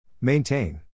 Maintain